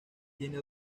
tiene